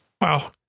Wow